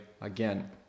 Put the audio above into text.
Again